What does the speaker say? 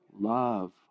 love